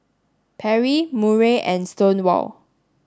Perry Murray and Stonewall